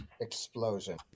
explosion